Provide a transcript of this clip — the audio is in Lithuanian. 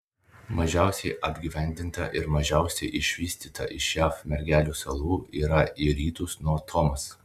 mažiausiai apgyvendinta ir mažiausiai išvystyta iš jav mergelių salų yra į rytus nuo thomas